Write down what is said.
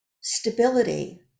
stability